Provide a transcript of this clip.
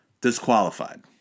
Disqualified